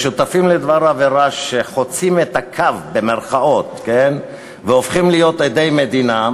זה שותפים לדבר עבירה שחוצים את הקו והופכים להיות עדי מדינה,